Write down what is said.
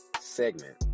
segment